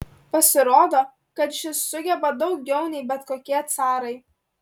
pasirodo kad šis sugeba daugiau nei bet kokie carai